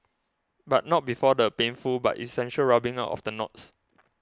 but not before the painful but essential rubbing out of the knots